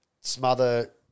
smother